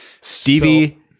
Stevie